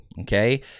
okay